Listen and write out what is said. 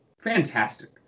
fantastic